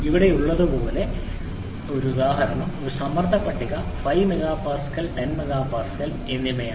ഇവിടെയുള്ളതുപോലെ എന്റെ ഉദാഹരണം ഒരു സമ്മർദ്ദ പട്ടിക 5 MPa 10 MPa എന്നിവയാണ്